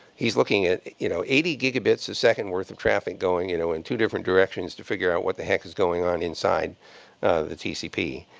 he's looking at, you know, eighty gigabits a second worth of traffic going you know in two different directions to figure out what the heck is going on inside the tcp.